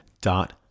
dot